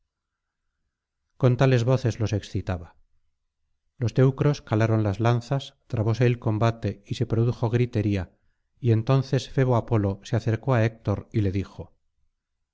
con tales voces los excitaba los teucros calaron las lanzas trabóse el combate y se produjo gritería y entonces febo apolo se acercó á héctor y le dijo